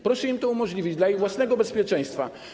Proszę im to umożliwić dla ich własnego bezpieczeństwa.